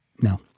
No